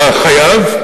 החייב,